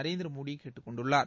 நரேந்திரமோடி கேட்டுக் கொண்டுள்ளார்